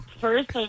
first